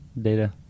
data